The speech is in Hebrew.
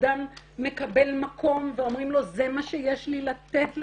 אדם מקבל מקום ואומרים לו זה מה שיש לי לתת לך.